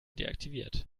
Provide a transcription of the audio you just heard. deaktiviert